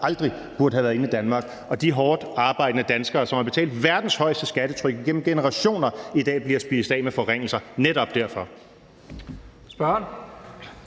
aldrig burde have været inde i Danmark, og de hårdtarbejdende danskere, som har betalt verdens højeste skat igennem generationer, og som i dag bliver spist af med forringelser – netop derfor.